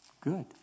good